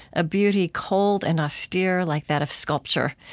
a beauty cold and austere, like that of sculpture,